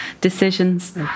decisions